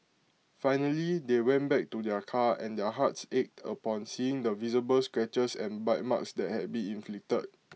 finally they went back to their car and their hearts ached upon seeing the visible scratches and bite marks that had been inflicted